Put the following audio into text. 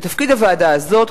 תפקיד הוועדה הזאת,